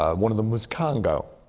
um one of them was congo.